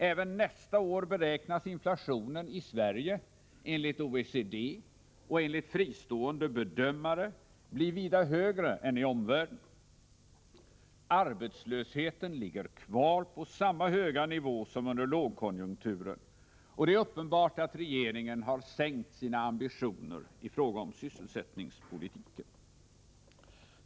Även nästa år beräknas inflationen i Sverige enligt OECD och andra fristående bedömare bli vida högre än i omvärlden. Arbetslösheten ligger kvar på samma höga nivå som under lågkonjunkturen, och det är uppenbart att regeringen har sänkt sina ambitioner i fråga om sysselsättningspolitiken.